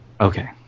Okay